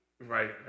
right